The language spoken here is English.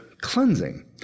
cleansing